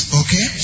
okay